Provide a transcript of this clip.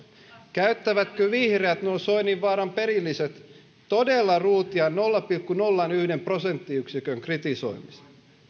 käyttävätkö vihreät nuo soininvaaran perilliset todella ruutia nolla pilkku nolla yksi prosenttiyksikön kritisoimiseen